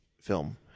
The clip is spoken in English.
film